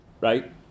right